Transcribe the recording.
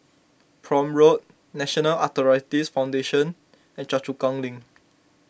Prome Road National Arthritis Foundation and Choa Chu Kang Link